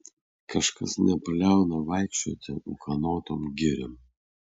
kažkas nepaliauna vaikščioti ūkanotom giriom